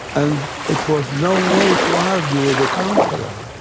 and it was no way to argue with the counselor.